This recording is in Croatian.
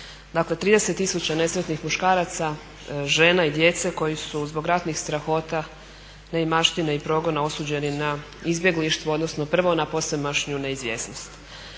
Dakle 30 tisuća nesretnih muškaraca, žena i djece koji su zbog ratnih strahota, neimaštine i progona osuđeni na izbjeglištvo odnosno prvo na posvemašnju neizvjesnost.